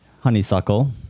honeysuckle